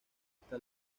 hasta